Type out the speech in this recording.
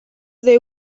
they